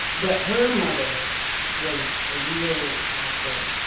but her mother was a real asshole.